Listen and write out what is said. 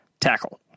Tackle